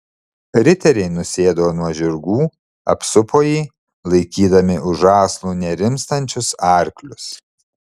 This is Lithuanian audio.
riteriai nusėdo nuo žirgų apsupo jį laikydami už žąslų nerimstančius arklius